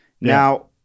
Now